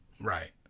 Right